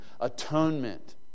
atonement